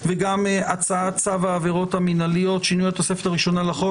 וגם הצעת צו העבירות המינהליות (שינוי התוספת הראשונה לחוק),